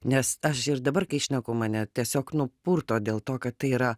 nes aš ir dabar kai šneku mane tiesiog nupurto dėl to kad tai yra